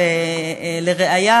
ולראיה,